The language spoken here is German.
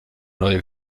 neue